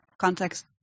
context